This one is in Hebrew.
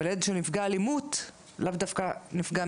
אבל ילד שנפגע אלימות לאו דווקא נפגע מינית.